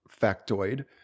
factoid